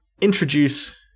Introduce